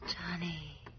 Johnny